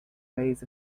ways